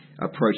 approach